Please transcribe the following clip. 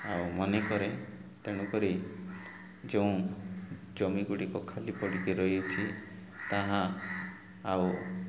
ଆଉ ମନେ କରେ ତେଣୁକରି ଯେଉଁ ଜମି ଗୁଡ଼ିକ ଖାଲି ପଡ଼ିକି ରହିଅଛି ତାହା ଆଉ